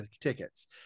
tickets